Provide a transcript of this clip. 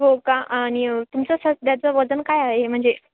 हो का आणि तुमचं सध्याचं वजन काय आहे म्हणजे